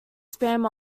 spam